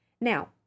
Now